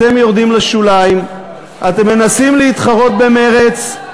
אתם יורדים לשוליים, אתם מנסים להתחרות במרצ.